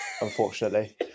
unfortunately